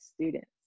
students